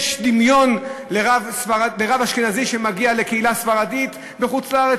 יש דמיון בין רב אשכנזי שמגיע לקהילה ספרדית בחוץ-לארץ,